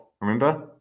Remember